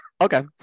Okay